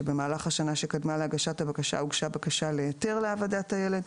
ת.ס: "במהלך השנה שקדמה להגשת בקשה זו הוגשה בקשה להיתר להעבדת הילד.